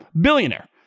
billionaire